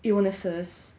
illnesses